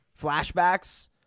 flashbacks